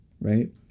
right